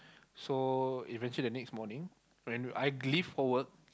so eventually the next morning when I leave for work